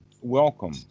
welcome